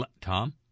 Tom